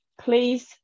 Please